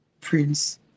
Prince